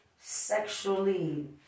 sexually